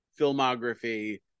filmography